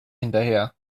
hinterher